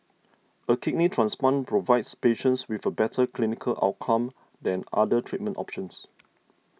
a kidney transplant provides patients with a better clinical outcome than other treatment options